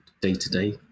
day-to-day